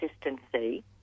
consistency